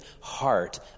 heart